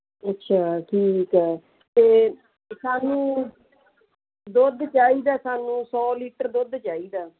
ਅੱਛਾ ਠੀਕ ਹੈ ਅਤੇ ਸਾਨੂੰ ਦੁੱਧ ਚਾਹੀਦਾ ਸਾਨੂੰ ਸੌ ਲੀਟਰ ਦੁੱਧ ਚਾਹੀਦਾ